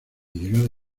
llegada